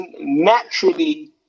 naturally